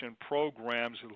programs